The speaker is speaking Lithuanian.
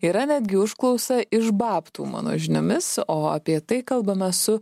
yra netgi užklausa iš babtų mano žiniomis o apie tai kalbame su